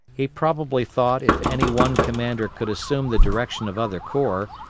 he probably thought if any one commander could assume the direction of other corps,